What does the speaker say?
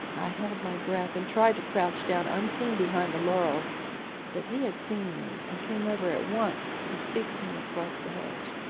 i held my breath, and tried to crouch down unseen behind the laurels but he had seen me, and came over at once to speak to me across the hedge.